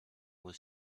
was